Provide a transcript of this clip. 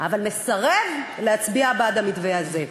אבל מסרב להצביע בעד המתווה הזה.